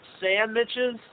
sandwiches